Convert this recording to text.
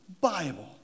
Bible